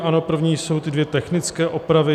Ano, první jsou ty dvě technické opravy.